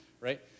right